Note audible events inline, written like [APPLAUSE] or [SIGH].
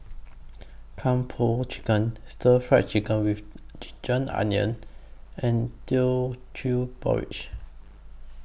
[NOISE] Kung Po Chicken Stir Fried Chicken with Ginger Onions and Teochew Porridge